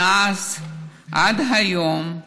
מאז ועד היום,